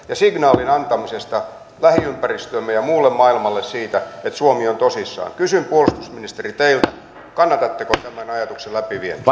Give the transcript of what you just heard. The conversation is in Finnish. ja signaalin antamisesta lähiympäristöllemme ja muulle maailmalle siitä että suomi on tosissaan kysyn puolustusministeri teiltä kannatatteko tämän ajatuksen läpivientiä